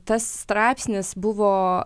tas straipsnis buvo